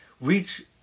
reach